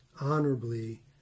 honorably